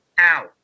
ow